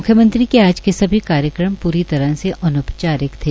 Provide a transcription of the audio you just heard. म्ख्यमंत्री ने आज सभी कार्यक्रम प्री तरह से अनोपचारिक थे